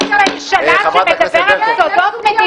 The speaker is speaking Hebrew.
אז למה ראש הממשלה מדבר על זה?